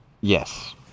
Yes